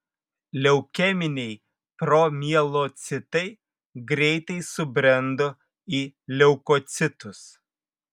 leukeminiai promielocitai greitai subrendo į leukocitus